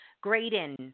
Graydon